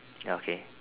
ya okay